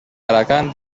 alacant